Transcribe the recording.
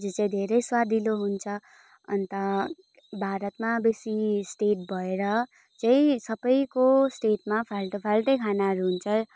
जो चाहिँ धेरै स्वादिलो हुन्छ अन्त भारतमा बेसी स्टेट भएर चाहिँ सबैको स्टेटमा फाल्टो फाल्टै खानाहरू हुन्छ